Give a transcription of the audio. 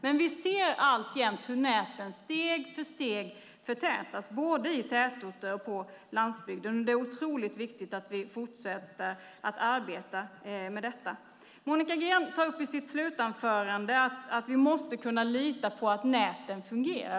Men vi ser alltjämt hur näten steg för steg förtätas, både i tätorter och på landsbygden, och det är otroligt viktigt att vi fortsätter att arbeta med detta. Monica Green säger i sitt slutanförande att vi måste kunna lita på att näten fungerar.